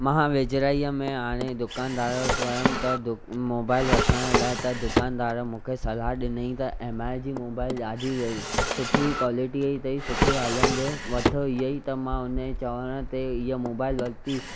मां वेझिराईअ में हाणे दुकानदार वटि वियुमि त मोबाइल वठण लाइ त दुकानदार मूंखे सलाह ॾिनई त एम आइ जी मोबाइल ॾाढी सुठी क्वालिटी जी अथईं सुठी हलंदे वठो ईअं ई त मां हुन जे चवण ते इहा मोबाइल वरिती